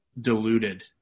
diluted